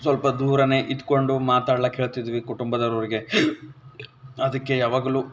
ಸ್ವಲ್ಪ ದೂರವೇ ಇದ್ಕೊಂಡು ಮಾತಾಡ್ಲಿಕ್ಕೆ ಹೇಳ್ತಿದ್ವಿ ಕುಟುಂಬದವರೊಳಗೆ ಅದಕ್ಕೆ ಯಾವಾಗಲೂ